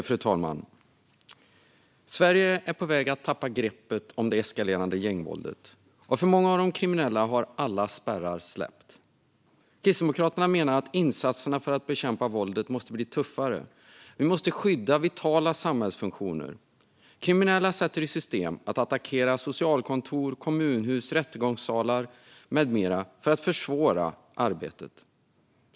Fru talman! Sverige är på väg att tappa greppet om det eskalerande gängvåldet, och för många av de kriminella har alla spärrar släppt. Kristdemokraterna menar att insatserna för att bekämpa våldet måste bli tuffare. Vi måste skydda vitala samhällsfunktioner. Kriminella sätter i system att attackera socialkontor, kommunhus, rättegångssalar med mera för att försvåra arbetet.